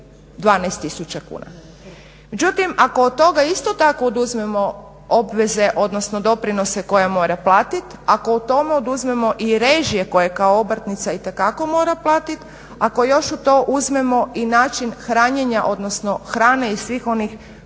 12000 kuna. Međutim, ako od toga isto tako oduzmemo obveze, odnosno doprinose koje mora platit, ako od toga oduzmemo i režije koje kao obrtnica itekako mora platiti, ako još u to uzmemo i način hranjenja odnosno hrane i svih onih